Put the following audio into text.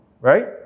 right